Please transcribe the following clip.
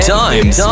times